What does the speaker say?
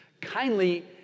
kindly